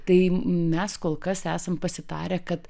tai mes kol kas esam pasitarę kad